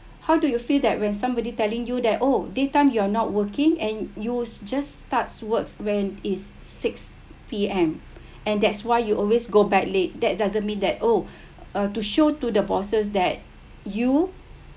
how do you feel that when somebody telling you that oh daytime you're not working and you just starts works when is six P_M and that's why you always go back late that doesn't mean that oh uh to show to the bosses that you